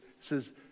says